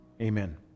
Amen